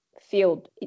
field